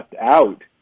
out